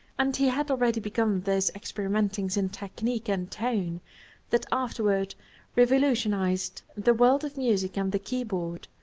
and he had already begun those experimentings in technique and tone that afterward revolutionized the world of music and the keyboard.